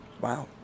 wow